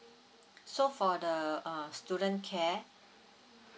so for the uh student care